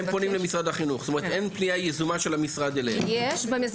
אלי דלל (יו”ר הוועדה לזכויות הילד): הם פונים למשרד החינוך,